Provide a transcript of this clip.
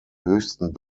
höchsten